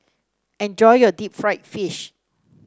enjoy your Deep Fried Fish